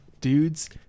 dudes